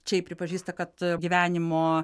čia ji pripažįsta kad gyvenimo